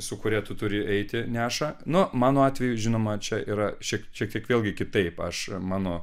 su kuria tu turi eiti neša nu mano atveju žinoma čia yra šiek šiek tiek vėlgi kitaip aš mano